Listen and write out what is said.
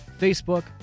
Facebook